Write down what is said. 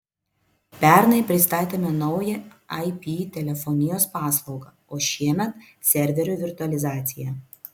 pernai pristatėme naują ip telefonijos paslaugą o šiemet serverių virtualizaciją